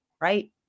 right